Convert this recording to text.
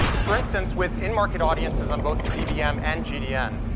for instance, with in-market audiences on both the dbm and gdn